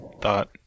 thought